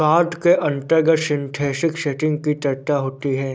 short के अंतर्गत synthetic setting की चर्चा होती है